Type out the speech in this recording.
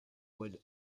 would